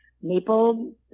maple